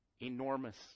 enormous